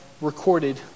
recorded